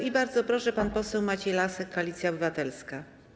I bardzo proszę, pan poseł Maciej Lasek, Koalicja Obywatelska.